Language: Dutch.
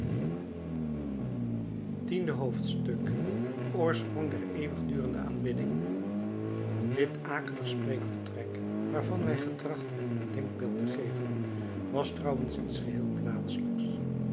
tiende hoofdstuk oorsprong der eeuwigdurende aanbidding dit akelig spreekvertrek waarvan wij getracht hebben een denkbeeld te geven was trouwens iets geheel plaatselijks